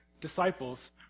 disciples